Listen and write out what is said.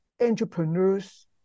entrepreneurs